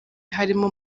harimo